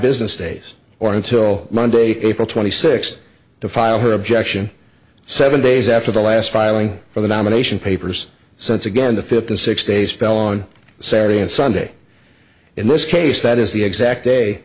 business days or until monday april twenty sixth to file her objection seven days after the last filing for the nomination papers since again the fifth the six days fell on saturday and sunday in this case that is the exact day